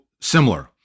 similar